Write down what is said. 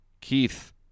Keith